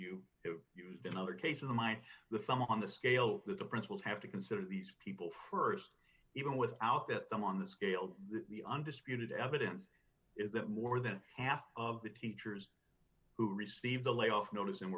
you used in other cases of mine the sum on the scale that the principals have to consider these people st even without that i'm on the scale the undisputed evidence is that more than half of the teachers who received a layoff notice